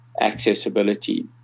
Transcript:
accessibility